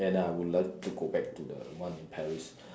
and I would love to go back to the one in Paris